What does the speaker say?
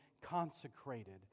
consecrated